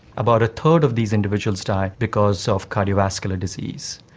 about a third of these individuals die because of cardiovascular disease.